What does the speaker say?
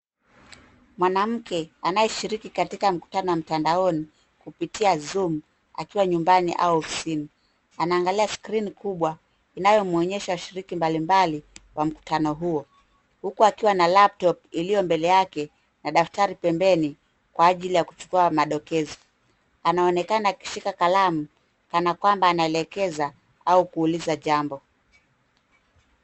Mwanamke anayeshiriki katika mkutano wa mtandaoni, kupitia Zoom akiwa nyumbani au ofisini. Anaangalia skrini kubwa inayomuonyesha washiriki mbalimbali wa mkutano huo. Huku akiwa na laptop iliyombele yake na daftari pembeni kwa ajili ya kuchukua madokezo. Anaonekana akishika kalamu kana kwamba anaelekeza au kuuliza jambo.